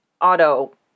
auto